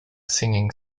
singing